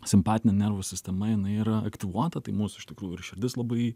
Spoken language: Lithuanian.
simpatinė nervų sistema jinai yra aktyvuota tai mūsų iš tikrųjų ir širdis labai